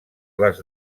les